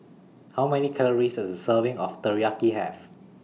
How Many Calories Does A Serving of Teriyaki Have